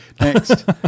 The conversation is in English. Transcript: Next